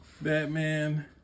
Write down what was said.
Batman